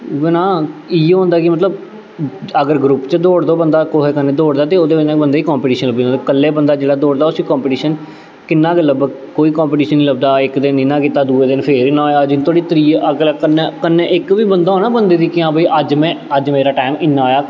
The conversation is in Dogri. उ'ऐ ना इ'यो होंदा कि मतलब अगर ग्रुप च दौड़दा ओह् बंदा कुसै कन्नै दौड़दा ते ओह्दे कन्नै बंदे गी कंपीटीशन लब्भी जंदा ते कल्ले बंदा जिल्लै दौड़दा ते उस्सी कंपीटीशन किन्ना गै लभग कोई कंपीटीशन निं लभदा इक दिन इन्ना कीता दूए दिन फिर इन्ना होएआ जिन्ने धोड़ी त्रिये अगला कन्नै कन्नै इक बी बंदा होऐ ना बंदे गी दिक्खियै हां भाई अज्ज में अज्ज मेरा टाइम इन्ना आया